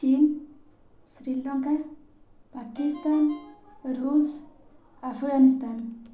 ଚୀନ୍ ଶ୍ରୀଲଙ୍କା ପାକିସ୍ତାନ ରୁଷ୍ ଆଫଗାନିସ୍ତାନ